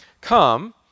come